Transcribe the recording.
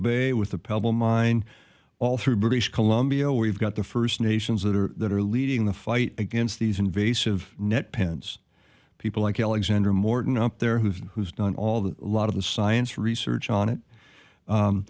pebble mine all through british columbia we've got the first nations that are that are leading the fight against these invasive net pens people like alexander morton up there who've who's done all the lot of the science research on it